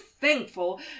thankful